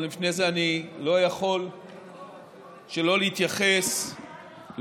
אבל לפני זה אני לא יכול שלא להתייחס לפרסומים